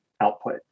output